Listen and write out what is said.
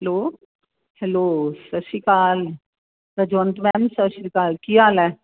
hello hello ਸਤਿ ਸ਼੍ਰੀ ਅਕਾਲ ਰਜਵੰਤ ਮੈਮ ਸਤਿ ਸ਼੍ਰੀ ਅਕਾਲ ਕੀ ਹਾਲ ਹੈ